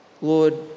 Lord